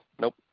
Nope